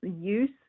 use